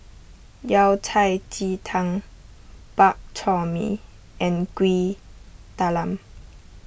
Yao Cai Ji Tang Bak Chor Mee and Kuih Talam